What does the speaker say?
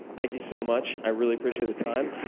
thank you so much. i really appreciate the time.